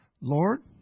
Lord